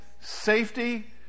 safety